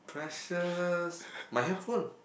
precious my handphone